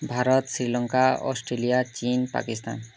Bharat Sri Lanka Australia ଚୀନ୍ ପାକିସ୍ତାନ